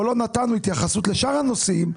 אבל לא נתנו התייחסות לשאר הנושאים,